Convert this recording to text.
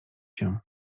się